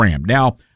Now